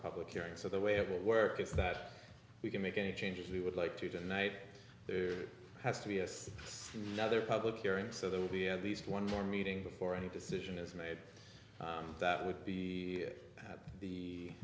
public hearing so the way it worked is that we can make any changes we would like to tonight there has to be as soon other public hearing so there will be at least one more meeting before any decision is made that would be at the